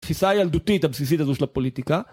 תפיסה ילדותית הבסיסית הזו של הפוליטיקה